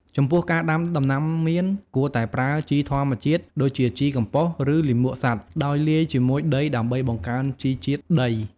ចំពោះការដាំដំណាំមៀន គួរតែប្រើជីធម្មជាតិដូចជាជីកំប៉ុស្តិ៍ ឬលាមកសត្វ ដោយលាយជាមួយដីដើម្បីបង្កើនជីជាតិដី។